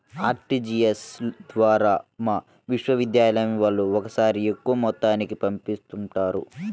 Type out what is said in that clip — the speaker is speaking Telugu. ఆర్టీజీయస్ ద్వారా మా విశ్వవిద్యాలయం వాళ్ళు ఒకేసారిగా ఎక్కువ మొత్తాలను పంపిస్తుంటారు